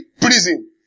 prison